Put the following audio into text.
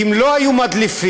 אם לא היו מדליפים.